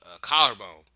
collarbone